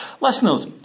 Listeners